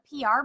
PR